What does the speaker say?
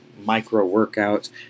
micro-workouts